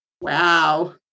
Wow